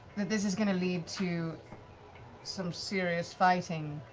that this is going to lead to some serious fighting?